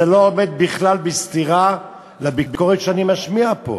זה לא עומד בכלל בסתירה לביקורת שאני משמיע פה.